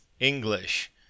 English